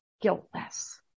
guiltless